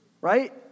right